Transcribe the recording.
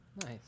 Nice